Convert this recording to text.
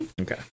Okay